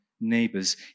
neighbors